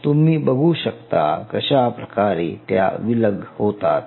तुम्ही बघू शकता कशाप्रकारे त्या विलग होतात